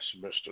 Mr